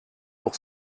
pour